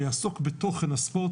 ויעסוק בתוכן הספורט,